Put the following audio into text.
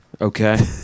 Okay